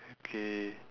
okay